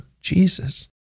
Jesus